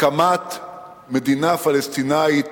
הקמת מדינה פלסטינית